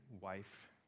wife